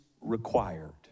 required